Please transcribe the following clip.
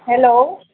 hello